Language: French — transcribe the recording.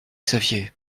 xavier